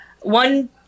one